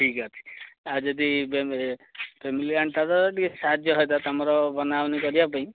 ଠିକ୍ ଅଛି ଆଉ ଯଦି ଫ୍ୟାମିଲି ଆଣିଥାନ୍ତ ଟିକିଏ ସାହାଯ୍ୟ ହୁଅନ୍ତା ତମର ବନାବନି କରିବା ପାଇଁ